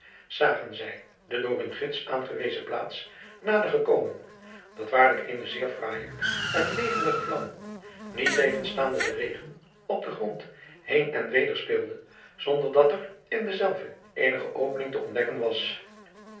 zagen zij de door hunn gids aangewezen plaats nadergekomen dat waarlijk eene zeer fraaije en levendige vlam niettegenstaande den regen op den grond heen en weder speelde zonder dat er in denzelven eenige opening te ontdekken was